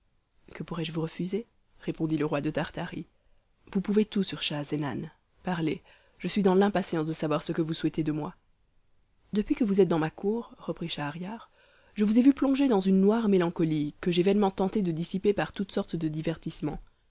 que pourrais-je vous refuser répondit le roi de tartarie vous pouvez tout sur schahzenan parlez je suis dans l'impatience de savoir ce que vous souhaitez de moi depuis que vous êtes dans ma cour reprit schahriar je vous ai vu plongé dans une noire mélancolie que j'ai vainement tenté de dissiper par toutes sortes de divertissements